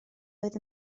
oedd